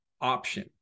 option